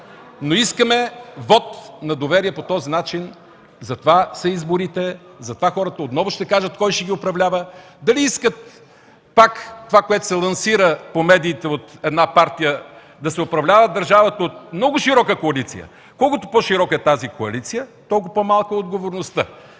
но искаме вот на доверие по този начин. Затова са изборите, затова хората отново ще кажат кой ще ги управлява, дали искат пак това, което се лансира по медиите от една партия – да се управлява държавата от много широка коалиция. Колкото по-широка е тази коалиция, толкова по-малка е отговорността.